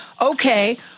Okay